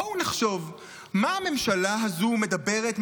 בואו נחשוב מה הממשלה הזו מדברת,